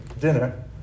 dinner